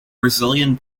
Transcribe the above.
brazilian